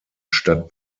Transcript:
stadt